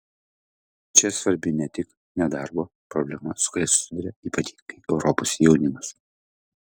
čia svarbi ne tik nedarbo problema su kuria susiduria ypatingai europos jaunimas